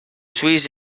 suís